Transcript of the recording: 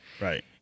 right